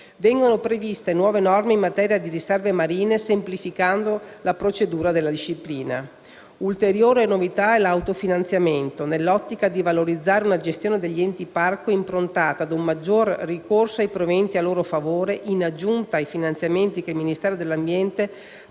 inoltre previste nuove norme in materia di riserve marine semplificando la precedente disciplina. Un'ulteriore novità è l'autofinanziamento. Nell'ottica di valorizzare una gestione degli Enti parco improntata ad un maggiore ricorso ai proventi a loro favore, in aggiunta ai finanziamenti che il Ministero dell'ambiente